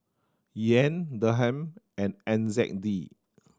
Yen Dirham and N Z D